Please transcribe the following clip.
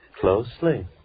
Closely